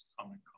common